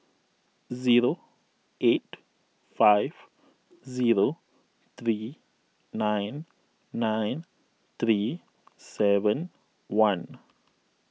zero eight five zero three nine nine three seven one